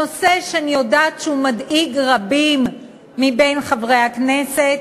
נושא שאני יודעת שהוא מדאיג רבים מבין חברי הכנסת,